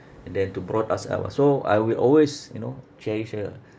and then to brought us up ah so I will always you know cherish her